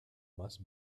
must